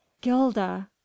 gilda